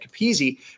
Capizzi